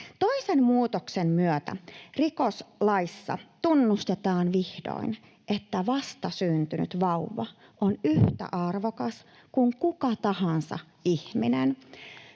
Toisen muutoksen myötä rikoslaissa tunnustetaan vihdoin, että vastasyntynyt vauva on yhtä arvokas kuin kuka tahansa ihminen.